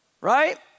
right